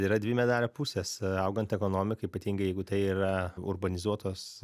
yra dvi medalio pusės augant ekonomikai ypatingai jeigu tai yra urbanizuotos